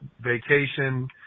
vacation